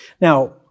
Now